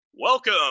Welcome